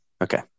Okay